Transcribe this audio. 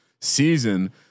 season